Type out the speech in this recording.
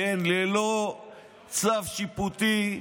כן, ללא צו שיפוטי.